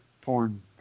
porn